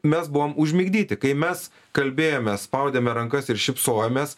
mes buvom užmigdyti kai mes kalbėjomės spaudėme rankas ir šypsojomės